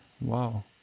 wow